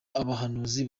abahanuzi